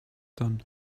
done